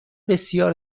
بسیار